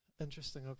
interesting